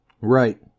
Right